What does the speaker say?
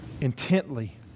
intently